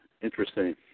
Interesting